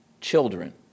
children